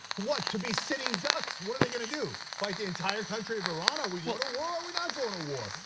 what? to be sitting ducks, what are they gonna do? fight the entire country of iran? are we going to war? are we not going to war?